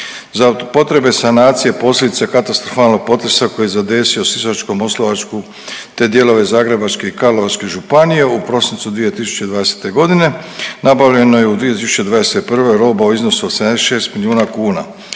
Za potrebe sanacije posljedica katastrofalnog potresa koji je zadesio Sisačko-moslavačku, te dijelove Zagrebačke i Karlovačke županije u prosincu 2020.g. nabavljeno je u 2021. roba u iznosu od 76 milijuna kuna.